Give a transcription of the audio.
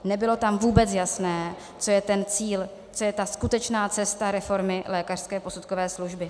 Nebylo tam vůbec jasné, co je ten cíl, co je ta skutečná cesta reformy lékařské posudkové služby.